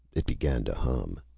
it began to hum.